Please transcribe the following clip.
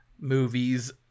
movies